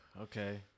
Okay